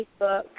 Facebook